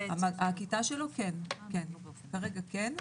כרגע כן.